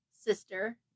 sister